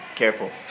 Careful